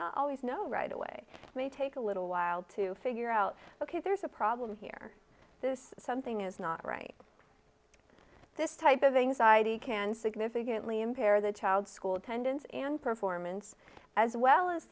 not always know right away may take a little while to figure out ok there's a problem here this something is not right this type of anxiety can significantly impair the child's school attendance and performance as well as